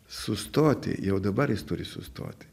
sustoti jau dabar jis turi sustoti